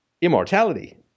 Immortality